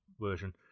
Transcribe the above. version